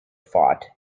fought